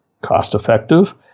Cost-effective